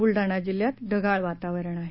बुलडाणा जिल्ह्यात ढगा वातावरण आहे